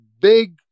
big